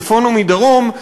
מצפון ומדרום,